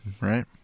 Right